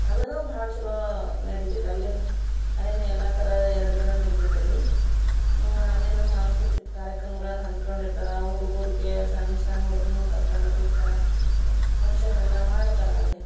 ಅದೂ ಭಾಳ ಛಲೋ ನಡಿತೈತೆ ಅಲ್ಲಿಯು ಅಲ್ಲಿಯು ಎಲ್ಲ ಥರ ಎರಡು ದಿನ ನಡಿತೈತೆ ಅಲ್ಲಿ ಅಲ್ಲಿಯು ಸಾಂಸ್ಕೃತಿಕ ಕಾರ್ಯಕ್ರಮಗಳನ್ನು ಹಮ್ಕಂಡು ಇರ್ತಾರೆ ಆ ಹುಡ್ಗೂರಿಗೆ ಸಣ್ಣ ಸಣ್ಣ ಹುಡ್ಗ್ರುನ್ನ ಕರ್ಕೊಂಬಂದಿರ್ತಾರೆ ಫಂಕ್ಷನ್ನೆಲ್ಲ ಮಾಡ್ತಾರೆ ಅಲ್ಲಿ